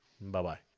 Bye-bye